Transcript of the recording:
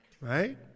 right